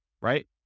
right